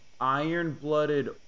Iron-Blooded